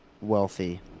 wealthy